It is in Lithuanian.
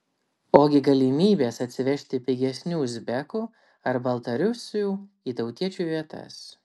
ogi galimybės atsivežti pigesnių uzbekų ar baltarusių į tautiečių vietas